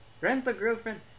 Rent-A-Girlfriend